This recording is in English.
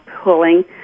pulling